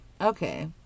Okay